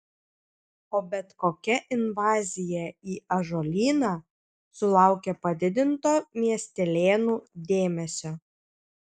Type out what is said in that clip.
o bet kokia invazija į ąžuolyną sulaukia padidinto miestelėnų dėmesio